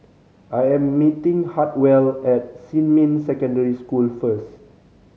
I am meeting Hartwell at Xinmin Secondary School first